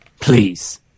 please